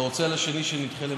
אתה רוצה על השני שנדחה למחר?